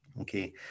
okay